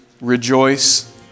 rejoice